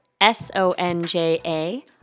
S-O-N-J-A